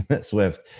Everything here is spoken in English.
Swift